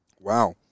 Wow